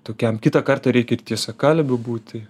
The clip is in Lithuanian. tokiam kitą kartą reikia ir tiesiakalbiu būti